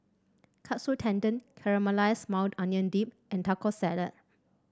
Katsu Tendon Caramelized Maui Onion Dip and Taco Salad